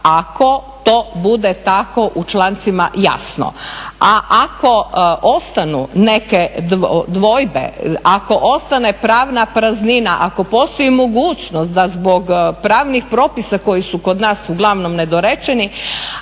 ako to bude to tako u člancima jasno, a ako ostanu neke dvojbe, ako ostane pravna praznina, ako postoji mogućnost da zbog pravnih propisa koji su kod nas uglavnom nedorečeni,